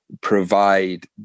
provide